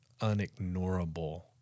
unignorable